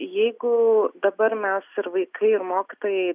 jeigu dabar mes ir vaikai ir mokytojai